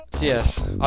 yes